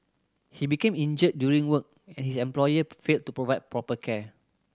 he became injured during work and his employer failed to provide proper care